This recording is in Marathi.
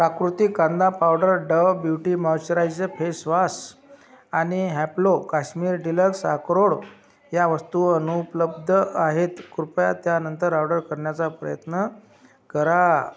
प्राकृतिक कांदा powder Dove beauty moisturise face wash आणि हॅपलो काश्मीर डिलक्स आक्रोड या वस्तू अनुपलब्ध आहेत कृपया त्या नंतर ऑर्डर करण्याचा प्रयत्न करा